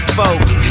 folks